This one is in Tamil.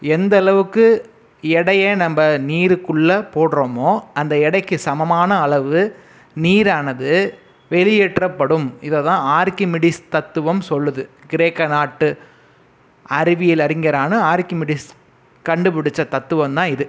எந்த அளவுக்கு இடைய நம்ப நீருக்குள்ளே போடுறோமோ அந்த இடைக்கு சமமான அளவு நீர் ஆனது வெளியேற்றபடும் இதைத் தான் ஆர்க்கிமிடிஸ் தத்துவம் சொல்கிறது கிரேக்க நாட்டு அறிவியல் அறிஞரான ஆர்க்கிமிடிஸ் கண்டுபிடுச்ச தத்துவந்தான் இது